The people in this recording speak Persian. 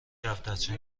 دفترچه